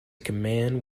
command